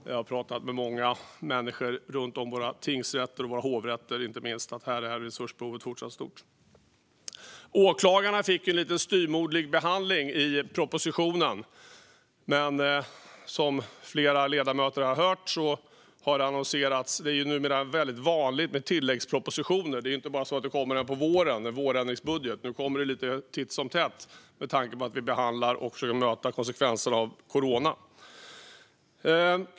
Jag har pratat med många människor runt om i våra tingsrätter och inte minst i våra hovrätter om att resursbehovet är fortsatt stort. Åklagarna fick en lite styvmoderlig behandling i propositionen, men som flera ledamöter har hört har det annonserats en tilläggsproposition. Det är numera väldigt vanligt med tilläggspropositioner; det är inte bara så att det kommer en på våren, om en vårändringsbudget, utan nu kommer de lite titt som tätt med tanke på att vi behandlar och försöker möta konsekvenserna av corona.